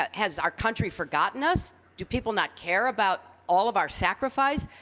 ah has our country forgotten us? do people not care about all of our sacrifice?